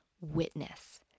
witness